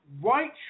white